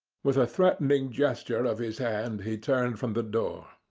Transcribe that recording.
with a threatening gesture of his hand, he turned from the door,